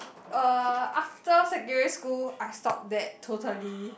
uh after secondary school I stopped that totally